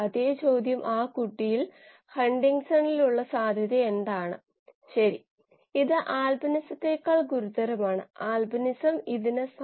അത്കൊണ്ട് degree of reductance Substrate 4 x 1 x Cells 4 a Γcells കോശങ്ങൾക്ക് ഈ കോശങ്ങൾ ഏകദേശം 4